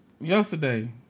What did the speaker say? Yesterday